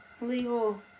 Legal